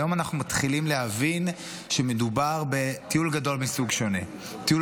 היום אנחנו מתחילים להבין שמדובר בטיול גדול מסוג שונה: טיול